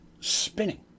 Spinning